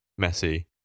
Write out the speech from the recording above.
Messi